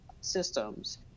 systems